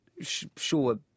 sure